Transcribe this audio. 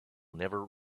never